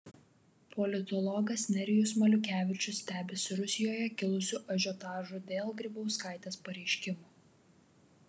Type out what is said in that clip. politologas nerijus maliukevičius stebisi rusijoje kilusiu ažiotažu dėl grybauskaitės pareiškimų